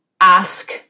ask